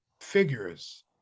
figures